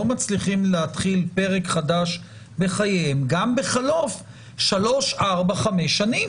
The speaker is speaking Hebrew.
מצליחים להתחיל פרק חדש בחייהם גם בחלוף שלוש-ארבע-חמש שנים.